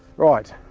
right,